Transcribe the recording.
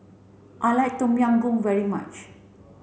I like Tom Yam Goong very much